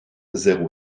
zéro